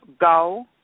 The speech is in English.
go